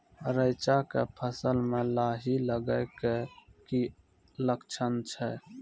रैचा के फसल मे लाही लगे के की लक्छण छै?